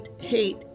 hate